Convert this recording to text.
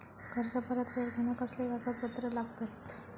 कर्ज परत फेडताना कसले कागदपत्र लागतत?